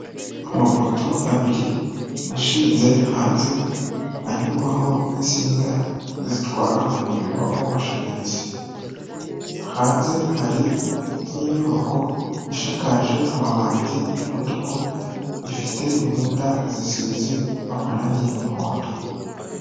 Amapoto abiri ashinze hanze anyurwaho n'insinga zitwara umuriro w'amashanyarazi hanze hari n'inyubako ishakaje amabati y'umutuku ifite inkuta zisize amarangi y'umuhondo.